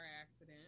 accident